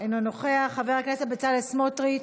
אינו נוכח, חבר הכנסת בצלאל סמוטריץ,